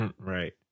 Right